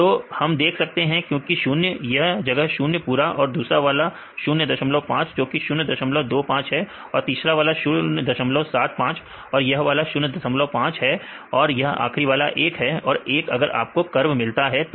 तो हम देख सकते हैं क्योंकि 0 यह जगह 0 पूरा और दूसरा वाला 05 जो कि 025 है और तीसरा वाला 075 और यह 05 है और यह आखिरी वाला 1 है और 1 अगर आपको कर्व मिलता है तो